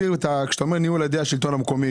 כשאתה אומר ניהול על ידי השלטון המקומי,